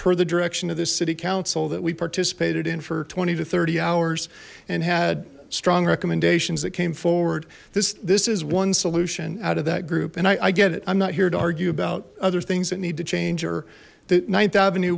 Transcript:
per the direction of this city council that we participated in for twenty to thirty hours and had strong recommendations that came forward this this is one solution out of that group and i get it i'm not here to argue about other things that need to change or that th avenue